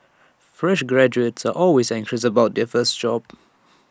fresh graduates are always anxious about their first job